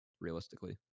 realistically